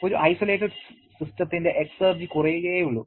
ഒരു ഐസൊലേറ്റഡ് സിസ്റ്റത്തിന്റെ എക്സർജി കുറയുകയേയുള്ളു